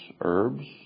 herbs